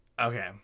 Okay